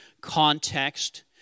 context